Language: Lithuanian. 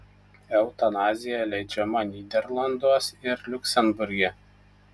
eutanazija leidžiama nyderlanduos ir liuksemburge